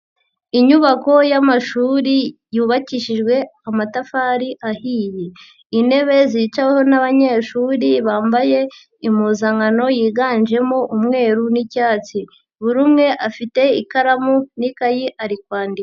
Inyubako y'amashuri yubakishijwe amatafari ahiye, intebe zicaweho n'abanyeshuri bambaye impuzankano yiganjemo umweru n'icyatsi, buri umwe afite ikaramu n'ikayi ari kwandika.